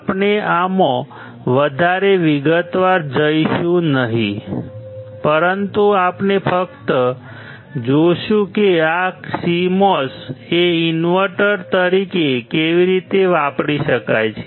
આપણે આમાં વધારે વિગતવાર જઈશું નહીં પરંતુ આપણે ફક્ત જોશું કે આ CMOS ને ઇન્વર્ટર તરીકે કેવી રીતે વાપરી શકાય છે